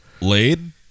Laid